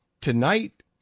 tonight